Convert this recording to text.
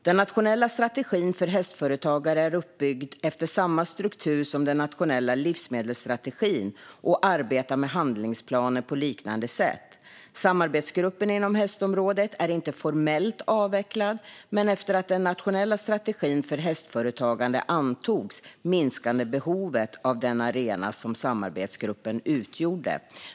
Den nationella strategin för hästföretagare är uppbyggd efter samma struktur som den nationella livsmedelsstrategin och arbetar med handlingsplaner på liknande sätt. Samarbetsgruppen inom hästområdet är inte formellt avvecklad, men efter att den nationella strategin för hästföretagande antogs minskade behovet av den arena som samarbetsgruppen utgjorde.